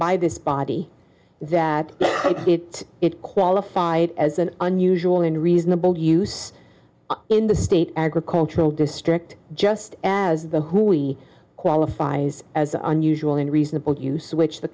by this body that it it qualified as an unusual and reasonable use in the state agricultural district just as the who we qualifies as unusual and reasonable use which the